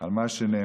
על מה שנאמר,